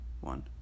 one